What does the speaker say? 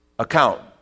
account